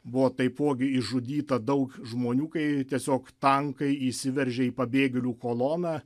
buvo taipogi išžudyta daug žmonių kai tiesiog tankai įsiveržė į pabėgėlių koloną